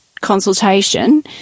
consultation